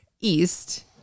east